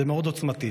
זה מאוד עוצמתי.